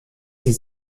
sie